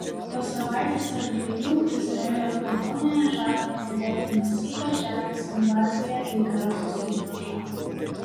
po savaitės ar dviejų izraelio kariuomenė žada pradėti masyvią žemės invaziją į gazos ruožą